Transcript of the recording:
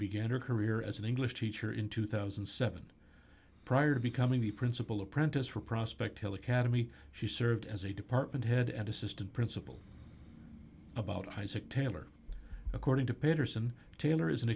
her career as an english teacher in two thousand and seven prior to becoming the principal apprentice for prospect hill academy she served as a department head at assistant principal about isaac taylor according to patterson taylor is